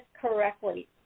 correctly